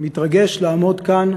מתרגש לעמוד כאן,